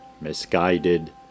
misguided